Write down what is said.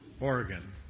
Oregon